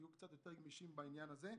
תהיו קצת יותר גמישים בעניין הזה.